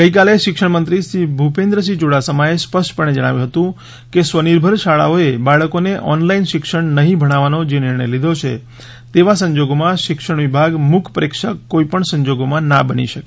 ગઈકાલે શિક્ષણ મંત્રી શ્રી ભુપેન્દ્રસિંહ યુડાસમાએ સ્પષ્ટપણે જણાવ્યું હતું કે સ્વનિર્ભર શાળાઓએ બાળકોને ઓનલાઇન શિક્ષણ નહીં ભણાવવાનો જે નિર્ણય લીધો છે તેવા સંજોગોમાં શિક્ષણ વિભાગ મુક પ્રેક્ષક કોઈપણ સંજોગોમાં ના બની શકે